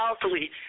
powerfully